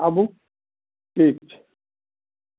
आबु ठीक छै